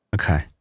Okay